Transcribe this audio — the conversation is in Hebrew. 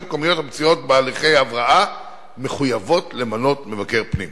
מקומיות המצויות בהליכי הבראה מחויבות למנות מבקר פנים.